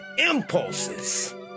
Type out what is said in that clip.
impulses